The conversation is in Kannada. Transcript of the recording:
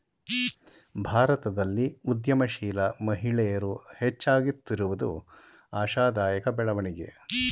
ಭಾರತದಲ್ಲಿ ಉದ್ಯಮಶೀಲ ಮಹಿಳೆಯರು ಹೆಚ್ಚಾಗುತ್ತಿರುವುದು ಆಶಾದಾಯಕ ಬೆಳವಣಿಗೆ